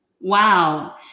wow